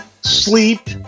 Sleep